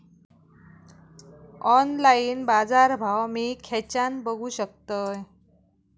Online बाजारभाव मी खेच्यान बघू शकतय?